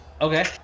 Okay